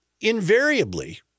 Invariably